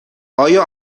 آیا